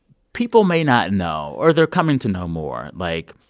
people may not know, or they're coming to know more, like,